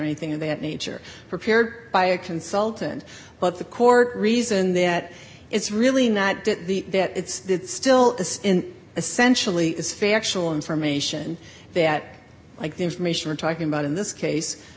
anything of that nature prepared by a consultant but the core reason that it's really not that the that it's still essentially is factual information that like the information we're talking about in this case